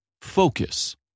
focus